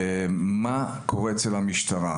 מה קורה אצל המשטרה?